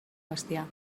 bestiar